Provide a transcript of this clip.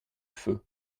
feu